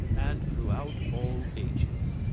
and throughout all ages.